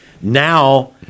Now